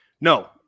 no